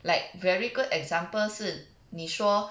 like very good example 是你说